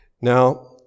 Now